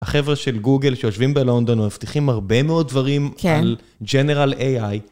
החבר'ה של גוגל שיושבים בלונדון הם מבטיחים הרבה מאוד דברים על general ai.